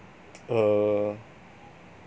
err